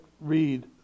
read